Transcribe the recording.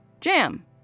Jam